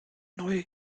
neue